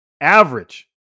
Average